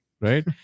Right